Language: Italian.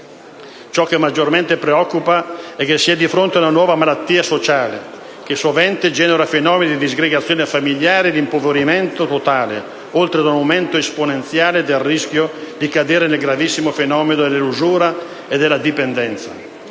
Ciò che maggiormente preoccupa è che si è di fronte ad una nuova malattia sociale, che sovente genera fenomeni di disgregazione familiare e di impoverimento totale, oltre ad un aumento esponenziale del rischio di cadere nel gravissimo fenomeno dell'usura e della dipendenza.